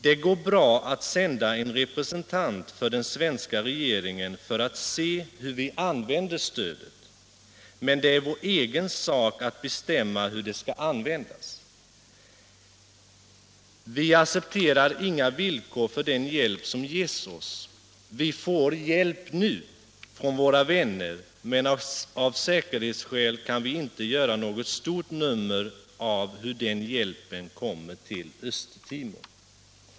Det går bra att sända en representant för den svenska regeringen för att se hur vi använder stödet, men det är vår egen sak att bestämma hur det skall användas. Vi accepterar inga villkor för den hjälp som ges oss. Vi får hjälp nu från våra vänner, men av säkerhetsskäl kan vi inte göra något stort nummer av hur den hjälpen kommer till Östtimor.